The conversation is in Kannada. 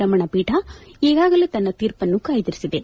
ರಮಣ ಪೀಠ ಈಗಾಗಲೇ ತನ್ನ ತೀರ್ಪನ್ನು ಕಾದಿರಿಸಿದೆ